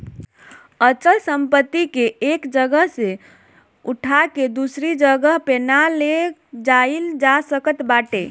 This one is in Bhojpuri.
अचल संपत्ति के एक जगह से उठा के दूसरा जगही पे ना ले जाईल जा सकत बाटे